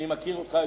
אני מכיר אותך,